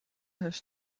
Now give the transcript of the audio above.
has